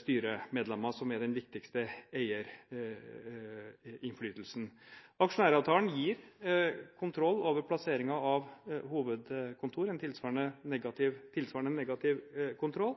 styremedlemmer, som er den viktigste eierinnflytelsen. Aksjonæravtalen gir kontroll over plasseringen av hovedkontor, tilsvarende en negativ kontroll,